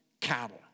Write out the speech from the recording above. cattle